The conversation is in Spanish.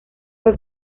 fue